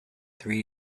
three